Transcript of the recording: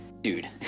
dude